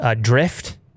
drift